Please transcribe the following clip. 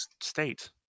State